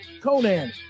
Conan